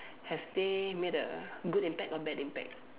have they made a good impact or bad impact